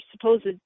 supposed